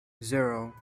zero